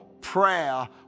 prayer